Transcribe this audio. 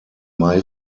may